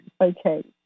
Okay